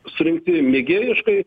surinkti mėgėjiškai